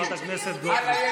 חברת הכנסת גוטליב.